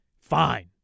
Fine